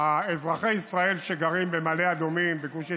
אזרחי ישראל שגרים במעלה אדומים, בגוש עציון,